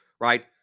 right